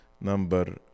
number